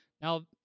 Now